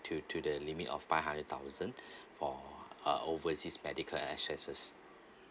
to to the limit of five hundred thousand for uh overseas medical expenses